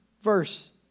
verse